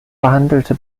behandelte